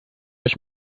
ich